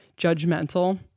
judgmental